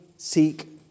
seek